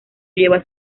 lleva